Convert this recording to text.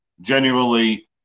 genuinely